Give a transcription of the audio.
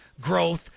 growth